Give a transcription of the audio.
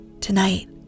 Tonight